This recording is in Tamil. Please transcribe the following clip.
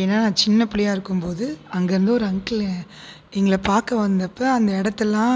ஏன்னால் நான் சின்ன பிள்ளயா இருக்கும் போது அங்கேருந்து ஒரு அங்கிள் எங்களை பார்க்க வந்தப்ப அந்த இடத்தலா